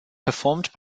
performed